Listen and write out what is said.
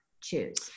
choose